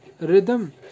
rhythm